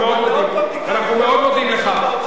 אנחנו מאוד מודים לך.